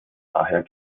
daher